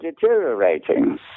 deteriorating